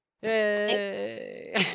Yay